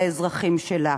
לאזרחים שלה.